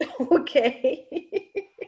Okay